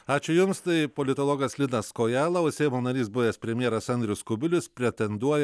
ačiū jums tai politologas linas kojala o seimo narys buvęs premjeras andrius kubilius pretenduoja